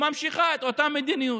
שממשיכה את אותה מדיניות.